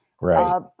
right